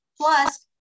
Plus